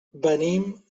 venim